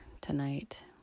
tonight